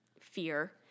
fear